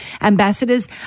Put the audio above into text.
ambassadors